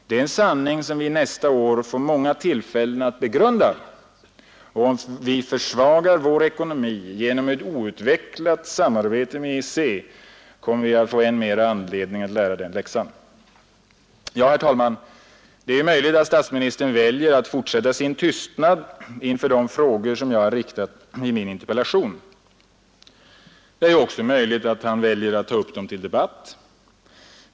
Det är en sanning som vi nästa år får många tillfällen att begrunda, och om vi försvagar vår ekonomi genom ett outvecklat samarbete med EEC kommer vi att få än mera anledning att lära den läxan. Herr talman! Det är möjligt att statsministern väljer att fortsätta sin tystnad inför de frågor jag riktat till honom i min interpellation. Det är också möjligt att han väljer att ta upp dem till debatt.